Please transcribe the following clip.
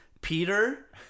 Peter